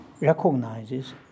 recognizes